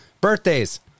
Birthdays